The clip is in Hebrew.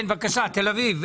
כן, בבקשה, תל אביב.